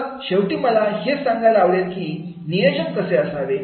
तर शेवटी मला हे सांगायला आवडेल की नियोजन कसे करावे